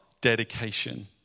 dedication